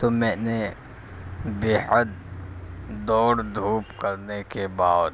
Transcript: تو میں نے بیحد دوڑ دھوپ کرنے کے بعد